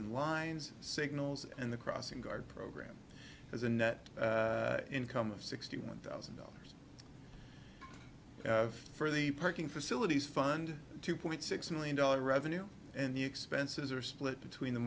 and lines signals and the crossing guard program has a net income of sixty one thousand dollars for the parking facilities fund two point six million dollars revenue and the expenses are split between the